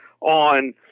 on